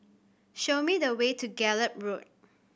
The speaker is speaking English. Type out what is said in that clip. show me the way to Gallop Road